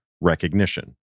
recognition